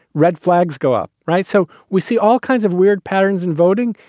red flags go up, right. so we see all kinds of weird patterns in voting.